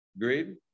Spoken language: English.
agreed